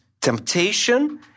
temptation